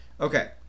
okay